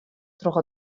troch